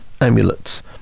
amulets